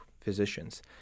physicians